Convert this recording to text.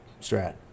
Strat